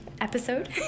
episode